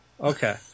okay